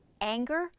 anger